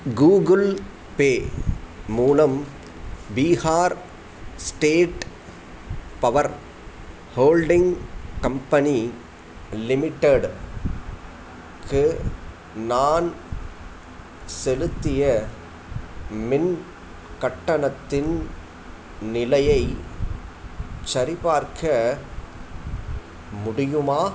Google Pay மூலம் Bihar State Power Holding Company Limited க்கு நான் செலுத்திய மின் கட்டணத்தின் நிலையை சரிபார்க்க முடியுமா